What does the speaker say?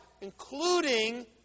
including